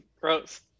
Gross